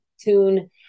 tune